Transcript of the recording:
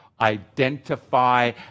identify